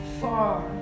far